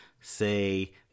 Say